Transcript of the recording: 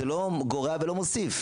זה לא גורע ולא מוסיף,